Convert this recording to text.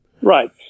Right